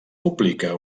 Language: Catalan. publica